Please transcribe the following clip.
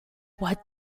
what